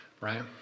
right